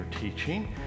teaching